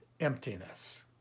emptiness